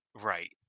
right